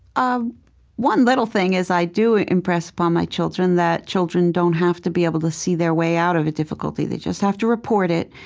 um one little thing is i do impress upon my children that children don't have to be able to see their way out of a difficulty, they just have to report it,